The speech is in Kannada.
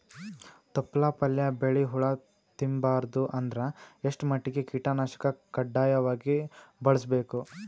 ತೊಪ್ಲ ಪಲ್ಯ ಬೆಳಿ ಹುಳ ತಿಂಬಾರದ ಅಂದ್ರ ಎಷ್ಟ ಮಟ್ಟಿಗ ಕೀಟನಾಶಕ ಕಡ್ಡಾಯವಾಗಿ ಬಳಸಬೇಕು?